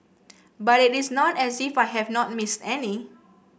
but it is not as if I have not missed any